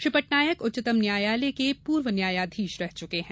श्री पटनायक उच्चतम न्यायालय के पूर्व न्यायाधीश रह चुके हैं